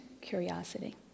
curiosity